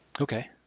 Okay